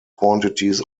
quantities